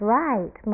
right